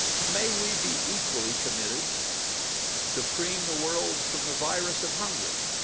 may we be equally committed to freeing the world from the virus of hunger